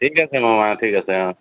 ঠিক আছে মামা ঠিক আছে অঁ